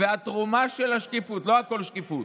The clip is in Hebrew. והתרומה של השקיפות, לא הכול מהשקיפות,